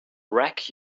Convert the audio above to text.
wreck